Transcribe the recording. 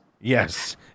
Yes